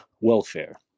welfare